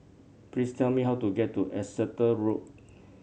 please tell me how to get to Exeter Road